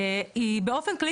באון כללי,